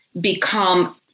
become